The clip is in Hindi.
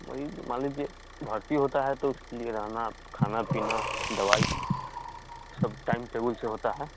वही मान लीजिए भर्ती होता है तो उसके लिए रहना खाना पीना दवाई सब टाइमटेबूल से होता है